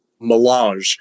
melange